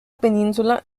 península